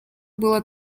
было